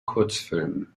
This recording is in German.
kurzfilmen